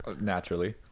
Naturally